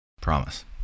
Promise